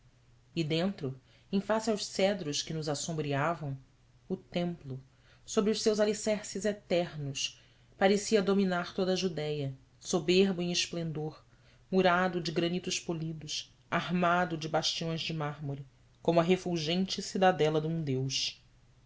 e dentro em face aos cedros que nos assombreavam o templo sobre os seus alicerces eternos parecia dominar toda a judéia soberbo em esplendor murado de granitos polidos armado de bastiões de mármore como a refulgente cidadela de um deus